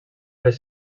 les